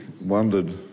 wondered